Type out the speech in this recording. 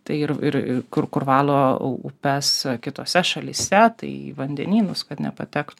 tai ir ir kur kur valo upes kitose šalyse tai vandenynus kad nepatek